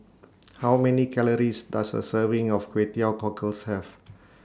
How Many Calories Does A Serving of Kway Teow Cockles Have